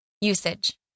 Usage